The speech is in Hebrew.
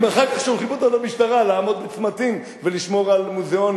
אם אחר כך שולחים אותו למשטרה לעמוד בצמתים ולשמור על מוזיאונים